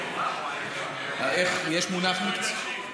יש מונח מקצועי?